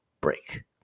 break